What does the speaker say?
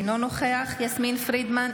אינו נוכח יסמין פרידמן,